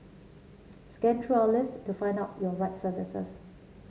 scan through our list to find out your right services